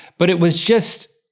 but it was just,